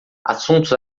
assuntos